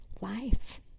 life